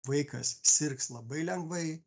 vaikas sirgs labai lengvai